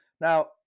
Now